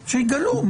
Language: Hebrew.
שיגלו.